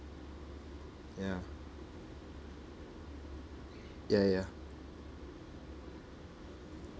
ya ya ya